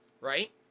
right